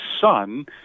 son